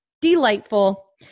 delightful